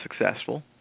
successful